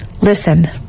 Listen